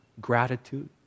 Gratitude